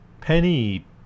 Penny